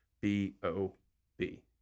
B-O-B